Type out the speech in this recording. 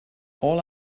all